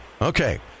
Okay